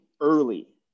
early